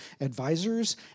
advisors